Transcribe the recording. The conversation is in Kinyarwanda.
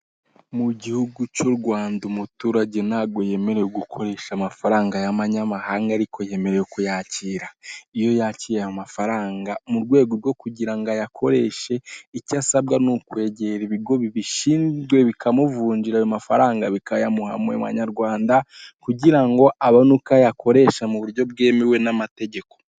Mu igihugu cy'U Rwanda umuturage ntago yemerewe gukoresha amafaranga y'amanyamahanga ariko yemerewe kuyakira, iyo yakiye ayo mafaranga m'urwego rwo kugirango ayakoreshe icyo asabwa ni ukwegera ibigo bibishinzwe bikamuvunjira ayo mafaranga bikayamuha mumanyarwanda kugirango abone uko ayakoresha m'uburyo bwemewe n'amategeko.